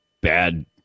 bad